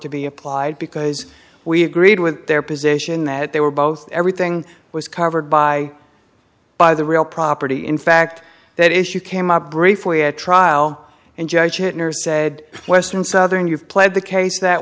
to be applied because we agreed with their position that they were both everything was covered by by the real property in fact that issue came up briefly at trial and judge hitler said western southern you've played the case that